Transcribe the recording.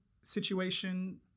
situation